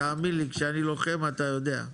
תאמין לי כשאני לוחם אתה יודע.